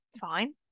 Fine